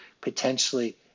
potentially